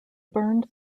burned